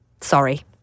Sorry